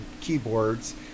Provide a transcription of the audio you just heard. keyboards